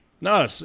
no